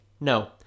No